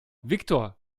viktor